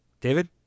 David